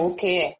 Okay